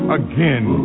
again